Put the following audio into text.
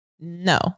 No